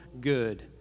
good